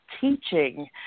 teaching